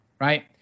right